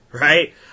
Right